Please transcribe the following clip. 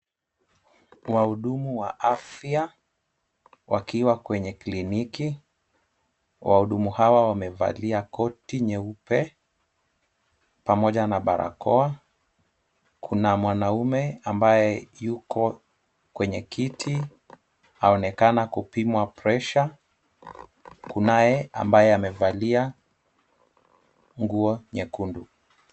Wahudumu wa afya wakiwa kwenye kliniki. Wahudumu hawa wamevalia koti nyeupe pamoja na barakoa. Kuna mwanaume ambaye yuko kwenye kiti. Aonekana kupimwa pressure .Kunaye ambaye amevalia nguo nyekundu.